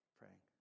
praying